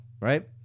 right